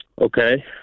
Okay